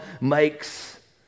makes